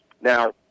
Now